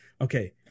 Okay